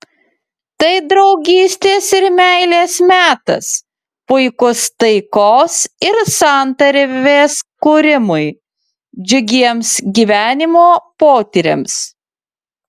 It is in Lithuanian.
tai draugystės ir meilės metas puikus taikos ir santarvės kūrimui džiugiems gyvenimo potyriams